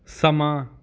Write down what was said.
ਸਮਾਂ